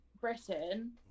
britain